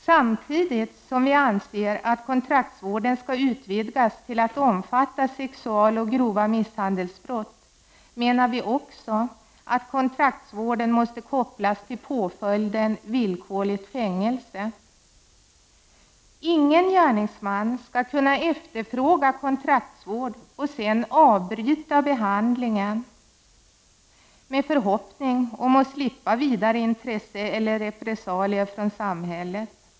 Samtidigt som vi anser att kontraktsvården skall utvidgas till att omfatta sexualbrott och grova misshandelsbrott menar vi också att kontraktsvården måste kopplas till påföljden villkorligt fängelse. Ingen gärningsman skall kunna efterfråga kontraktsvård och sedan avbryta behandlingen med förhoppning om att slippa vidare intresse eller repressalier från samhället.